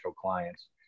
clients